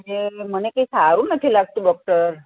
આજે મને કઈ સારું નથી લાગતું ડૉક્ટર